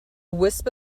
wisp